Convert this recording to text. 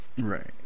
Right